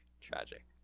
tragic